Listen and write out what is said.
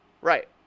right